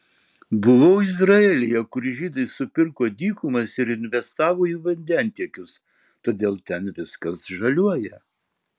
buvau izraelyje kur žydai supirko dykumas ir investavo į vandentiekius todėl ten viskas žaliuoja